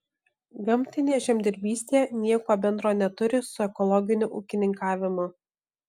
gamtinė žemdirbystė nieko bendro neturi su ekologiniu ūkininkavimu